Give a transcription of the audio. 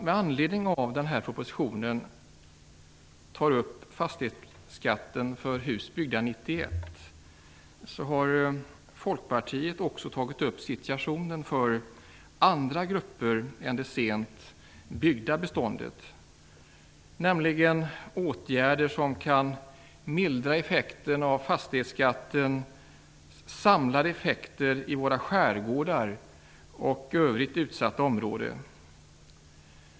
Med anledning av att den här propositionen tar upp fastighetsskatten för hus byggda 1991 har Folkpartiet också tagit upp situationen för andra grupper. Det handlar om åtgärder som kan mildra fastighetsskattens samlade effekter i våra skärgårdar och i övrigt utsatta områden.